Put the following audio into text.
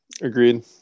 Agreed